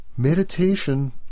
Meditation